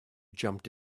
jumped